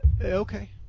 Okay